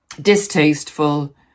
distasteful